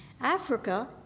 Africa